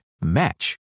match